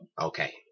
Okay